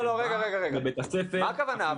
מה הכוונה?